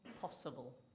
possible